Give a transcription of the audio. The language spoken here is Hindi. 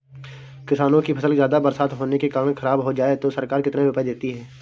किसानों की फसल ज्यादा बरसात होने के कारण खराब हो जाए तो सरकार कितने रुपये देती है?